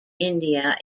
india